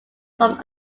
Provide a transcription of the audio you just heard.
from